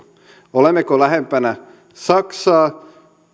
olemmeko lähempänä saksaa